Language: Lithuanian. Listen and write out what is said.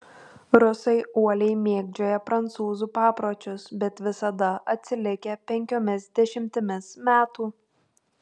rusai uoliai mėgdžioja prancūzų papročius bet visada atsilikę penkiomis dešimtimis metų